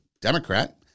Democrat